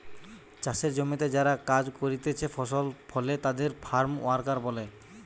চাষের জমিতে যারা কাজ করতিছে ফসল ফলে তাদের ফার্ম ওয়ার্কার বলে